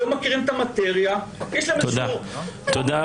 הם לא מכירים את המטריה --- תודה רבה.